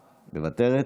מוותרת,